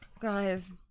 Guys